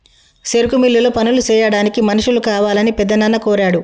సెరుకు మిల్లులో పనులు సెయ్యాడానికి మనుషులు కావాలని పెద్దనాన్న కోరాడు